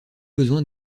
besoins